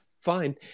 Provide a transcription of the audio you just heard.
fine